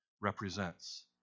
represents